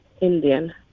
Indian